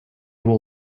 will